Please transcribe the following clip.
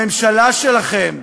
הממשלה שלכם,